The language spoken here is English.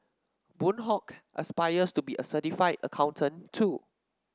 Boon Hock aspires to be a certified accountant too